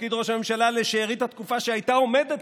לתפקיד ראש הממשלה לשארית התקופה שהייתה עומדת